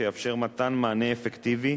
שיאפשר מתן מענה אפקטיבי,